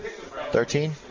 Thirteen